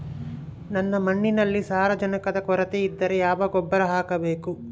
ನನ್ನ ಮಣ್ಣಿನಲ್ಲಿ ಸಾರಜನಕದ ಕೊರತೆ ಇದ್ದರೆ ಯಾವ ಗೊಬ್ಬರ ಹಾಕಬೇಕು?